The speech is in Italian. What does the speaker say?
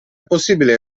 possibile